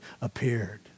appeared